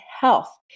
Health